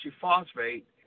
Phosphate